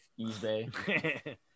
ebay